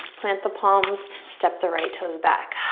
plant the palms, step the right toes back.